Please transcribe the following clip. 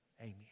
Amen